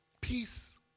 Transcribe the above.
peace